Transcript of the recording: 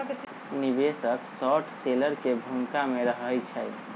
निवेशक short seller की भूमिका में रहइ छै